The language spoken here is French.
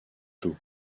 tôt